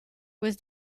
was